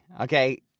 Okay